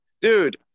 Dude